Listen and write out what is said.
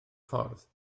ffordd